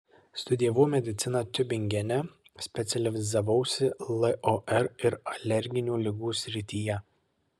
studijavau mediciną tiubingene specializavausi lor ir alerginių ligų srityje